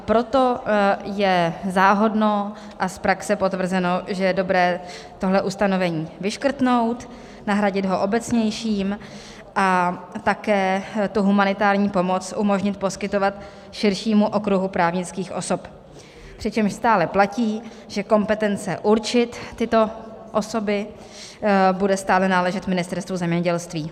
Proto je záhodno a z praxe potvrzeno, že je dobré tohle ustanovení vyškrtnout, nahradit ho obecnějším a také tu humanitární pomoc umožnit poskytovat širšímu okruhu právnických osob, přičemž stále platí, že kompetence určit tyto osoby bude stále náležet Ministerstvu zemědělství.